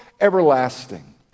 everlasting